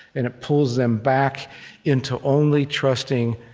and it pulls them back into only trusting,